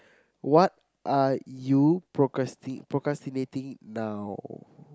what are you procrasti~ procrastinating now